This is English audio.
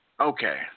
Okay